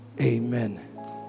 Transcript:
Amen